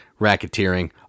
racketeering